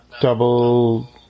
double